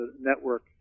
network